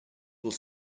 will